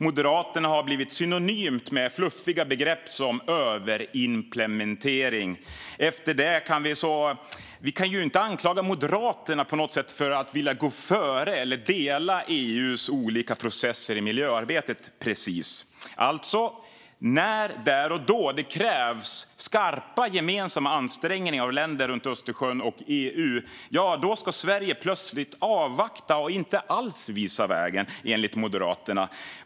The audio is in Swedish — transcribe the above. Moderaterna har blivit synonymt med fluffiga begrepp som överimplementering. Vi kan inte precis anklaga Moderaterna för att vilja gå före eller vilja dela EU:s olika processer i miljöarbetet. När det där och då krävs skarpa ansträngningar av länder runt Östersjön och i EU ska Sverige alltså plötsligt avvakta och inte alls visa vägen, enligt Moderaterna.